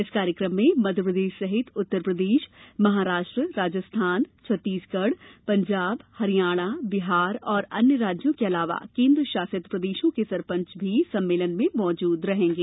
इस कार्यक्रम में मध्यप्रदेश सहित उत्तरप्रदेश महाराष्ट्र राजस्थान छत्तीसगढ़ पंजाब हरियाणा बिहार और अन्य राज्यों के अलावा केन्द्रशासित प्रदेशों के सरपंच भी सम्मेलन में मौजूद रहेंगे